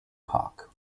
park